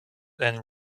and